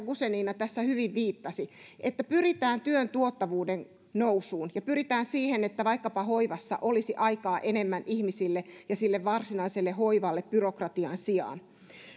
guzenina tässä hyvin viittasi joilla pyritään työn tuottavuuden nousuun ja pyritään siihen että vaikkapa hoivassa olisi aikaa enemmän ihmisille ja sille varsinaiselle hoivalle byrokratian sijaan